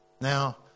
Now